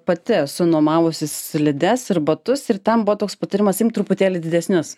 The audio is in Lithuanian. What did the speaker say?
pati esu nuomavusis slides ir batus ir ten buvo toks patarimas imt truputėlį didesnius